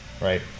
right